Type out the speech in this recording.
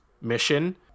mission